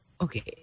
Okay